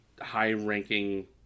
high-ranking